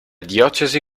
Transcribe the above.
diocesi